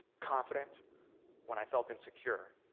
confident when i felt insecure